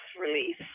release